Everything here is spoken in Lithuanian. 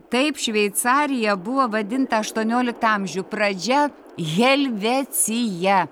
taip šveicarija buvo vadinta aštuonioliktą amžių pradžia helvecija